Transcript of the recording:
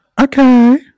Okay